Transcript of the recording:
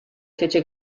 fece